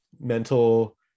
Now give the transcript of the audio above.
mental